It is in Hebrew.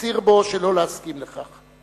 הפציר בו שלא להסכים לכך.